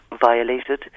violated